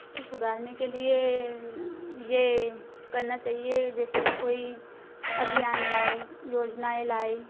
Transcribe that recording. उसे सुधारने के लिए ये करना चाहिए जैसे कि कोई अभियान लाएँ योजनाएँ लाएँ